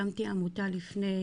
הקמתי עמותה לפני